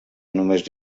només